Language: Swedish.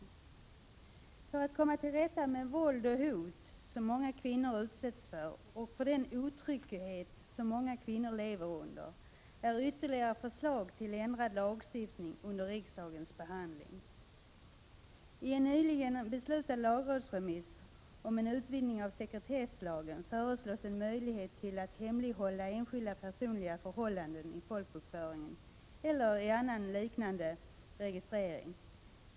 Ytterligare förslag till ändrad lagstiftning för att komma till rätta med det våld och det hot som många kvinnor utsätts för och den otrygghet som många kvinnor lever under är under riksdagens behandling. I en nyligen beslutad lagrådsremiss om en utvidgning av sekretesslagen föreslås en möjlighet att hemlighålla enskildas personliga förhållanden i folkbokföringen eller annan liknande registrering.